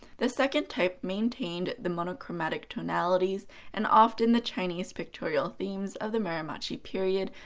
the second type maintained the monochromatic tonalities and often the chinese pictorial themes of the muromachi period,